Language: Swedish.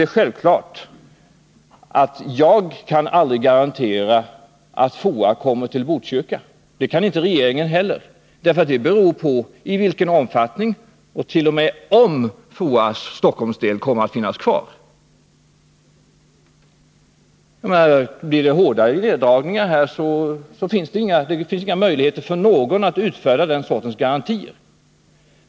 Det är självklart att jag aldrig kan garantera att FOA kommer till Botkyrka. Det kan inte regeringen garantera heller, utan det beror på i vilken omfattning, och t.o.m. om, FOA:s Stockholmsdel kommer att finnas kvar. Blir det hårdare neddragningar här, finns det inga möjligheter för någon att utfärda den sortens garantier.